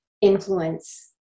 influence